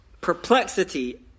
perplexity